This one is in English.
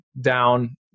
down